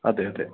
അതെ അതെ